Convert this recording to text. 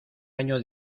año